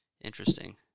interesting